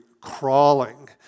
crawling